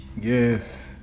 Yes